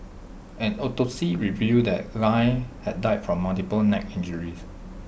an autopsy revealed that lie had died from multiple neck injuries